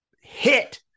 hit